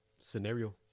scenario